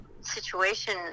situation